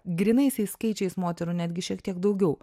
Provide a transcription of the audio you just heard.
grynaisiais skaičiais moterų netgi šiek tiek daugiau